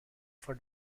for